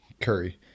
Curry